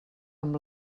amb